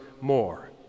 more